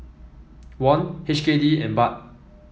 Won H K D and Baht